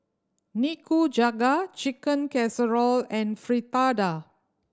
Nikujaga Chicken Casserole and Fritada